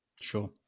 Sure